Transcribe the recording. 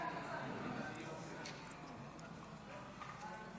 קובע כי הצעת חוק לתיקון פקודת המכס (איסור השמדת טובין חבי מכס),